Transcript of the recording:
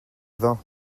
vin